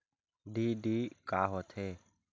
DD का होथे?